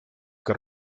que